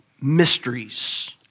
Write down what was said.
mysteries